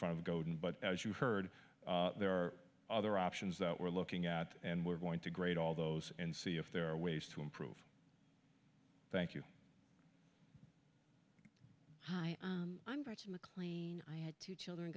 front of godin but as you heard there are other options that we're looking at and we're going to grade all those and see if there are ways to improve thank you hi i'm brett's mclean i had two children